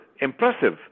impressive